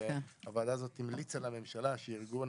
והוועדה הזאת המליצה לממשלה שארגון